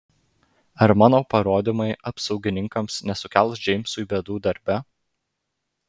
ar mano parodymai apsaugininkams nesukels džeimsui bėdų darbe